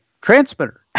transmitter